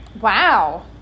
Wow